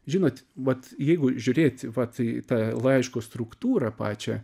žinot vat jeigu žiūrėti vat į tą laiško struktūrą pačią